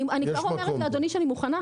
אני כבר אומרת לך אדוני שאני מוכנה,